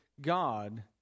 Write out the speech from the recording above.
God